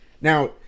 now